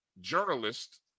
journalist